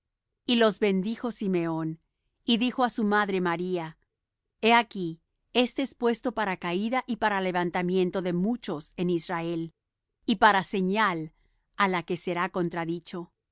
y los bendijo simeón y dijo á su madre maría he aquí éste es puesto para caída y para levantamiento de muchos en israel y para señal á la que será